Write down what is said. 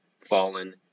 fallen